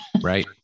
Right